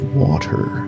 water